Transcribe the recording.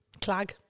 clag